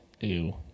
Ew